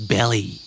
Belly